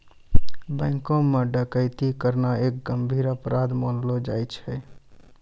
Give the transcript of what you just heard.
बैंको म डकैती करना एक गंभीर अपराध मानलो जाय छै